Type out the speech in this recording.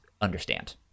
understand